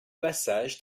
passage